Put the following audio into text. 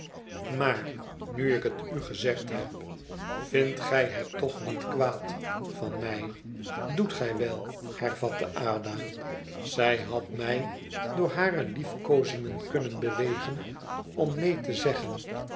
maar nu ik het u gezegd heb vindt gij het toch niet kwaad van mij doet gij wel hervatte ada zij had mij door hare liefkoozingen kunnen bewegen om neen te zeggen